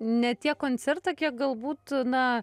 ne tiek koncertą kiek galbūt na